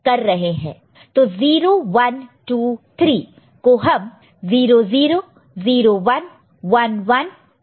तो 0 1 2 3 को हम 0 0 0 1 1 1 1 0 ऐसे लिख सकते हैं